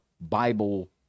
Bible